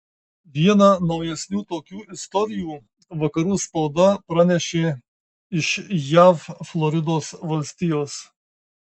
vieną naujesnių tokių istorijų vakarų spauda pranešė iš jav floridos valstijos